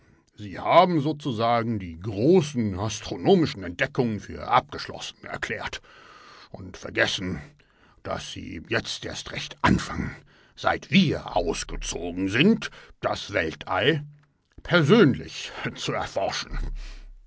sie haben sozusagen die großen astronomischen entdeckungen für abgeschlossen erklärt und vergessen daß sie eben jetzt erst recht anfangen seit wir ausgezogen sind das weltall persönlich zu erforschen